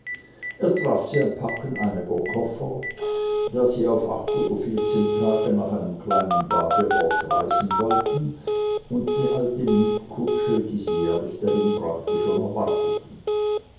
er traf sie am packen einiger koffer da sie auf acht oder vierzehn tage nach einem kleinen badeorte reisen wollten und die alte mietkutsche die sie jährlich dahin brachte schon erwarteten